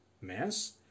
mass